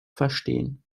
verstehen